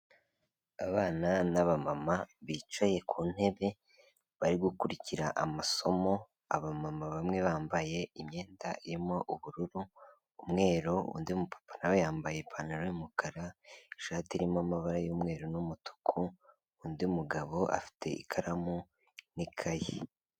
Abana n'abamama bicaye ku ntebe bari gukurikira amasomo, abamama bamwe bambaye imyenda irimo ubururu, umweru undi mupapa nawe yambaye ipantaro y'umukara, ishati irimo amabara y'umweru n'umutuku, undi mugabo afite ikaramu n'ikaye.